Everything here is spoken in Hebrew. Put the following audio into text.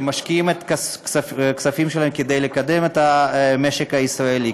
שמשקיעים את הכספים שלהם כדי לקדם את המשק הישראלי,